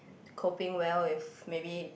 coping well if maybe